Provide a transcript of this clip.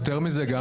יותר מזה גם,